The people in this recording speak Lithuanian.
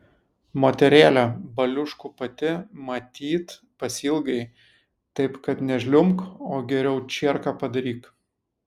moterėle baliuškų pati matyt pasiilgai taip kad nežliumbk o geriau čierką padaryk